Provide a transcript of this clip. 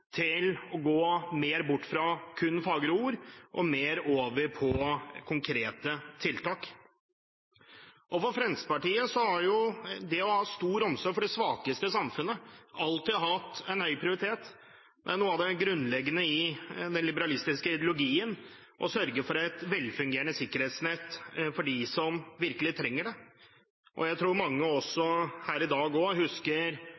til å gå bort fra kun fagre ord og mer over på konkrete tiltak. For Fremskrittspartiet har det å ha stor omsorg for de svakeste i samfunnet alltid hatt høy prioritet. Noe av det grunnleggende i den liberalistiske ideologien er å sørge for et velfungerende sikkerhetsnett for dem som virkelig trenger det, og jeg tror mange her i dag husker